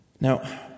Now